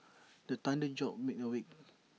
the thunder jolt me awake